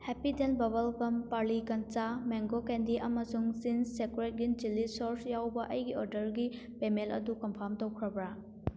Happydent bubble gum Parle kaccha mango candy ꯑꯃꯁꯨꯡ Ching's secret green chilli ꯁꯣꯔꯁ ꯌꯥꯎꯕ ꯑꯩꯒꯤ ꯑꯣꯔꯗꯔꯒꯤ ꯄꯦꯃꯦꯜ ꯑꯗꯨ ꯀꯟꯐꯥꯝ ꯇꯧꯔꯛꯈꯔꯕ꯭ꯔ